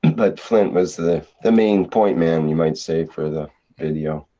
but flint was the. the main-point man, you might say for the video.